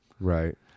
Right